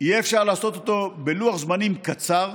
יהיה אפשר לעשות אותו בלוח זמנים קצר,